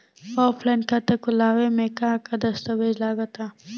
Offline खाता खुलावे म का का दस्तावेज लगा ता?